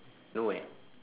nowhere